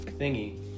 thingy